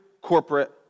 corporate